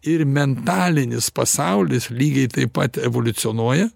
ir mentalinis pasaulis lygiai taip pat evoliucionuoja